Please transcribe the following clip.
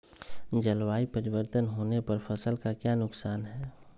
जलवायु परिवर्तन होने पर फसल का क्या नुकसान है?